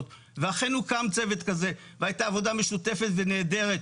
ואכן הוקם צוות כזה והייתה עבודה משותפת ונהדרת,